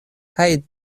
kaj